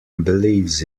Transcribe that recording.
believes